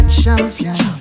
champion